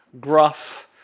gruff